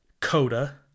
Coda